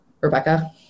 Rebecca